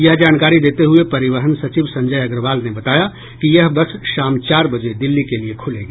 ये जानकारी देते हुये परिवहन सचिव संजय अग्रवाल ने बताया कि यह बस शाम चार बजे दिल्ली के लिये खुलेगी